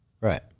Right